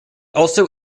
also